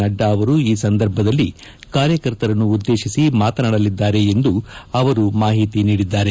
ನಡ್ಡಾ ಅವರೂ ಈ ಸಂದರ್ಭದಲ್ಲಿ ಕಾರ್ಯಕರ್ತರನ್ನು ಉದ್ದೇಶಿಸಿ ಮಾತನಾಡಲಿದ್ದಾರೆ ಎಂದು ಅವರು ಮಾಹಿತಿ ನೀಡಿದ್ದಾರೆ